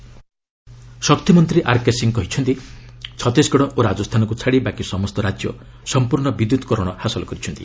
power ଶକ୍ତି ମନ୍ତ୍ରୀ ଆର୍କେ ସିଂହ କହିଛନ୍ତି ଛତିଶଗଡ଼ ଓ ରାଜସ୍ଥାନକୁ ଛାଡ଼ି ବାକି ସମସ୍ତ ରାଜ୍ୟ ସମ୍ପର୍ଶ୍ଣ ବିଦ୍ୟୁତ କରଣ ହାସଲ କରିଛନ୍ତି